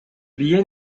billet